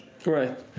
Right